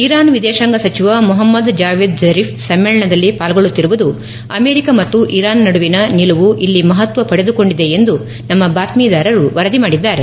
Iran ವಿದೇಶಾಂಗ ಸಚಿವ Mohammad Javad Zarif ಸಮ್ಮೇಳನದಲ್ಲಿ ಪಾಲ್ಗೊಳ್ಟುತ್ತಿರುವುದು ಆಮೆರಿಕ ಮತ್ತು ಇರಾನ್ ನಡುವಿನ ನಿಲುವು ಇಲ್ಲಿ ಮಪತ್ವ ಪಡೆದುಕೊಂಡಿದೆ ಎಂದು ನಮ್ಮ ಬಾತ್ಮೀದಾರರು ವರದಿ ಮಾಡಿದ್ದಾರೆ